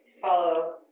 follow